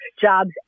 jobs